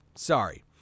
Sorry